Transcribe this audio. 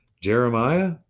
Jeremiah